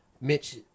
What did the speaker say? Mitch